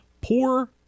Poor